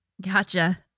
Gotcha